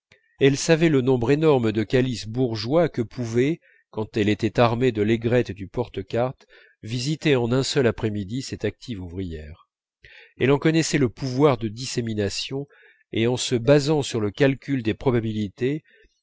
elle savait le nombre énorme de calices bourgeois que pouvait quand elle était armée de l'aigrette et du porte cartes visiter en un seul après-midi cette active ouvrière elle en connaissait le pouvoir de dissémination et en se basant sur le calcul des probabilités